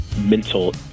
mental